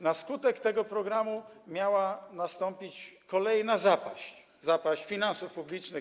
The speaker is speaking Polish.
Na skutek tego programu miała nastąpić kolejna zapaść, zapaść finansów publicznych.